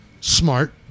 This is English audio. Smart